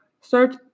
search